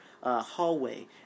hallway